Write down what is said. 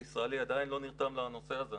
ההייטק הישראלי עדיין לא נרתם לנושא הזה,